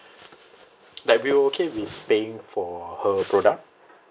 like we were okay with paying for her product